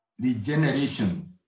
regeneration